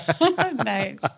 Nice